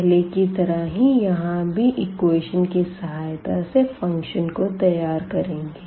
पहले की तरह ही यहाँ भी इक्वेशन की सहायता से फंक्शन को तैयार करेंगे